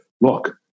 look